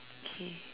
okay